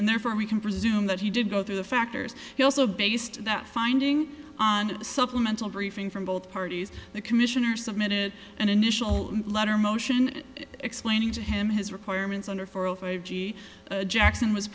and therefore we can presume that he did go through the factors he also based that finding on the supplemental briefing from both parties the commissioner submitted an initial letter motion explaining to him his requirements under four or five g jackson was